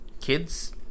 kids